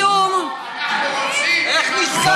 משום, אנחנו רוצים נאמנות.